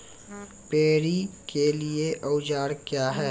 Paddy के लिए औजार क्या हैं?